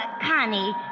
Connie